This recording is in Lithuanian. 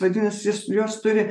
vadinasi jis juos turi